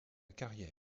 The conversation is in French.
carrière